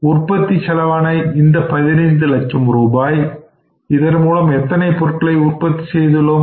உற்பத்தி செலவான 15 லட்சம் ரூபாய் இதன் மூலம் எத்தனை பொருட்களை உற்பத்தி செய்துள்ளோம்